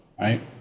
right